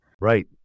Right